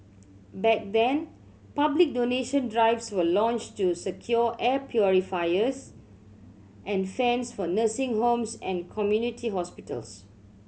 back then public donation drives were launched to secure air purifiers and fans for nursing homes and community hospitals